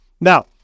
Now